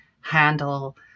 handle